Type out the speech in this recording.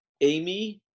Amy